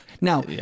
now